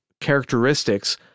characteristics